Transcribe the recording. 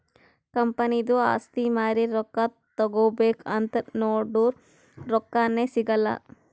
ಕಂಪನಿದು ಆಸ್ತಿ ಮಾರಿ ರೊಕ್ಕಾ ತಗೋಬೇಕ್ ಅಂತ್ ನೊಡುರ್ ರೊಕ್ಕಾನೇ ಸಿಗಲ್ಲ